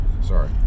Sorry